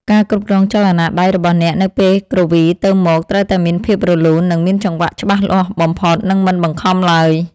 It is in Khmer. ការគ្រប់គ្រងចលនាដៃរបស់អ្នកនៅពេលគ្រវីទៅមកត្រូវតែមានភាពរលូន និងមានចង្វាក់ច្បាស់លាស់បំផុត និងមិនបង្ខំឡើយ។